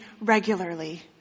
regularly